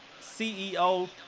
ceo